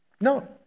No